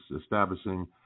establishing